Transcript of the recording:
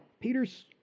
Peter's